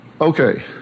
Okay